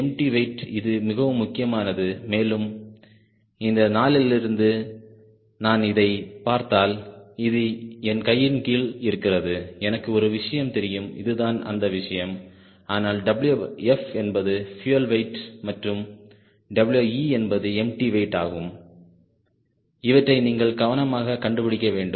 empty weight இது மிகவும் முக்கியமானது மேலும் இந்த 4 இருந்து நான் இதைப் பார்த்தால்இது என் கையின் கீழ் இருக்கிறது எனக்கு ஒரு விஷயம் தெரியும் இதுதான் அந்த விஷயம் ஆனால் Wf என்பது பியூயல் வெயிட் மற்றும் We என்பது எம்டி வெயிட் ஆகும் இவற்றை நீங்கள் கவனமாக கண்டுபிடிக்க வேண்டும்